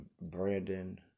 Brandon